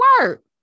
work